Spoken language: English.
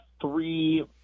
three